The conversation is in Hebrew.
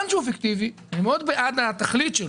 על אף שהוא פיקטיבי, אני מאוד בעד התכלית שלו.